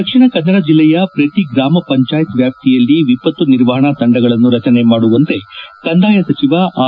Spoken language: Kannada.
ದಕ್ಷಿಣ ಕನ್ನಡ ಜಿಲ್ಲೆಯ ಪ್ರತಿ ಗಾಮ ಪಂಚಾಯತ್ ವ್ಯಾಪ್ತಿಯಲ್ಲಿ ವಿಪತ್ತು ನಿರ್ವಹಣಾ ತಂಡಗಳನ್ನು ರಚನೆ ಮಾಡುವಂತೆ ಕಂದಾಯ ಸಚಿವ ಆರ್